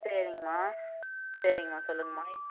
சரிங்மா சரிங்மா சொல்லுங்கமா